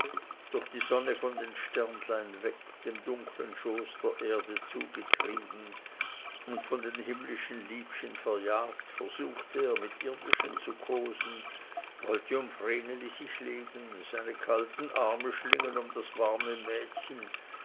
durch die sonne von den sternlein weg dem dunkeln schoß der erde zu getrieben und von den himmlischen liebchen verjagt versuchte er mit irdischen zu kosen wollte um vreneli sich legen seine kalten arme schlingen um das warme mädchen